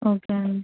okay అండి